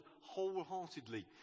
wholeheartedly